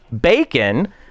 bacon